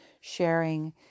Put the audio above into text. sharing